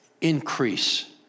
increase